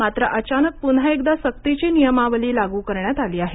मात्र अचानक पून्हा एकदा सक्तीची नियमावली लागू करण्यात आली आहे